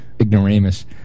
ignoramus